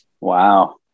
Wow